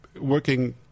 working